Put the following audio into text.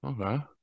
Okay